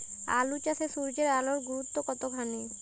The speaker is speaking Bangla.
আলু চাষে সূর্যের আলোর গুরুত্ব কতখানি?